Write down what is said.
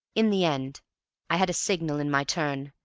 in the end i had a signal in my turn,